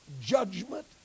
judgment